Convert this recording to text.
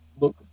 look